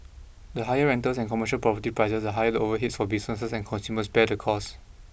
the higher the rentals and commercial property prices the higher the overheads for businesses and consumers bear the costs